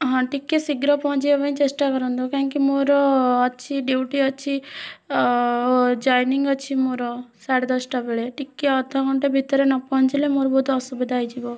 ହଁ ଟିକେ ଶୀଘ୍ର ପହଞ୍ଚିବାପାଇଁ ଚେଷ୍ଟା କରନ୍ତୁ କାହିଁକି ମୋର ଅଛି ଡ଼ିୟୁଟି ଅଛି ଜୟେନିଂ ଅଛି ମୋର ସାଢ଼େ ଦଶଟା ବେଳେ ଟିକେ ଅଧ ଘଣ୍ଟା ଭିତରେ ନ ପହଁଞ୍ଚିଲେ ମୋର ବହୁତ ଅସୁବିଧା ହେଇଯିବ